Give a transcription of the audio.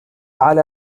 على